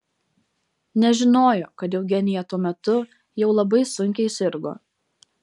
nežinojo kad eugenija tuo metu jau labai sunkiai sirgo